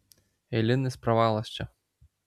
eilinis pravalas čia